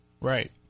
Right